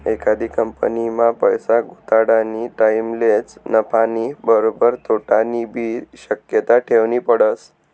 एखादी कंपनीमा पैसा गुताडानी टाईमलेच नफानी बरोबर तोटानीबी शक्यता ठेवनी पडस